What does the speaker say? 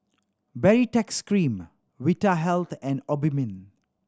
Baritex Cream Vitahealth and Obimin